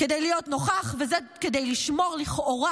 להיות נוכח, וזה כדי לשמור לכאורה,